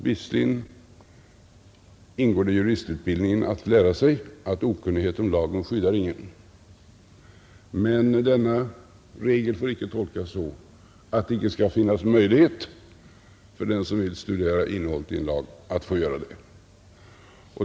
Visserligen ingår det i juristutbildningen att lära sig att okunnighet om lagen skyddar ingen, men denna regel får inte tolkas så, att det icke skall finnas möjlighet för den som vill studera innehållet i en lag att få göra det.